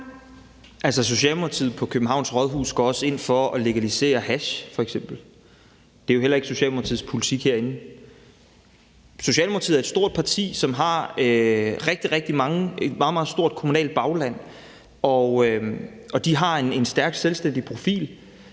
Socialdemokratiet på Københavns Rådhus går f.eks. også ind for at legalisere hash. Det er jo heller ikke Socialdemokratiets politik herinde. Socialdemokratiet er et stort parti, som har et meget, meget stort kommunalt bagland, og de har en stærk selvstændig profil.